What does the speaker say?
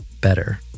better